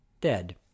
dead